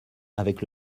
avec